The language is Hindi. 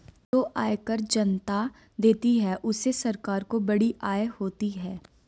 जो आयकर जनता देती है उससे सरकार को बड़ी आय होती है